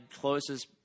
closest